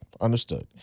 understood